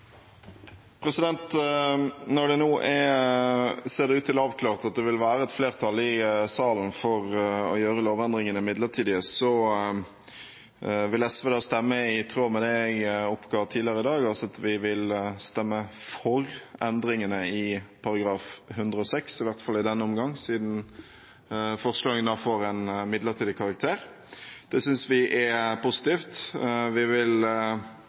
avklart at det vil være et flertall i salen for å gjøre lovendringene midlertidige, vil SV stemme i tråd med det jeg oppga tidligere i dag, altså stemme for endringene i § 106, i hvert fall i denne omgang, siden forslagene får en midlertidig karakter. Det synes vi er positivt. Vi vil